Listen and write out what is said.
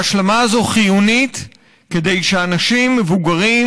וההשלמה הזו חיונית כדי שאנשים מבוגרים,